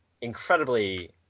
incredibly